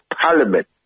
parliament